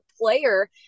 player